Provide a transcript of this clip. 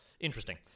interesting